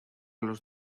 los